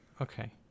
okay